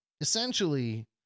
essentially